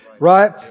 right